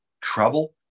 trouble